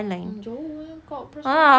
mm jauh eh kak perjalanan